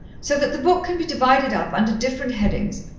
so that the book can be divided up under different headings,